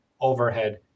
overhead